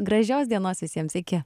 gražios dienos visiems iki